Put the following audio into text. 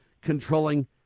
controlling